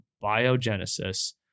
biogenesis